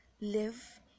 Live